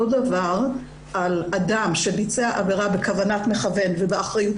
דבר על אדם שביצע עבירה בכוונת מכוון ובאחריות